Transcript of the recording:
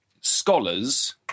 scholars